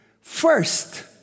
First